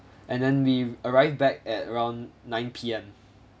and then we arrived back at around nine P_M